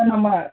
sir நம்ம